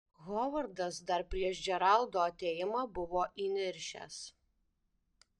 hovardas dar prieš džeraldo atėjimą buvo įniršęs